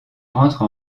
entre